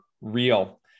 real